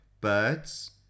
birds